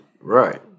Right